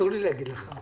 אסור לי להגיד לך.